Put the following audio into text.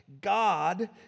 God